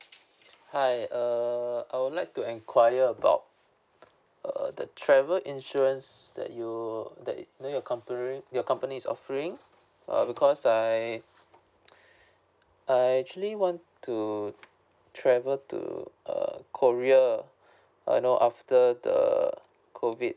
hi uh I would like to inquire about err the travel insurance that you that you know your company your company is offering uh because I I actually want to travel to uh korea uh you know after the COVID